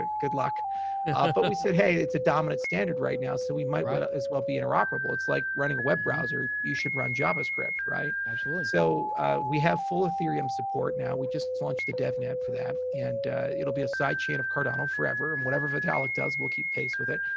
good luck. but we said, hey, it's a dominant standard right now, so we might ah as well be interoperable. it's like running a web browser. you should run javascript, right? absolutely. so we have full ethereum support now. we just launched the devnet for that, and it'll be a sidechain of cardano forever, and whatever vitalik does, we'll keep pace with it.